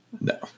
No